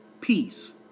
peace